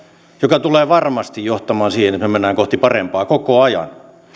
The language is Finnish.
joka tulee varmasti johtamaan siihen että me menemme kohti parempaa koko ajan